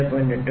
090 G2 55